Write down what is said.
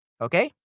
Okay